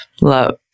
love